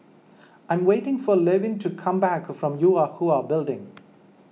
I am waiting for Levin to come back from Yue Hwa Building